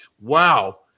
Wow